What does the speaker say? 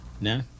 No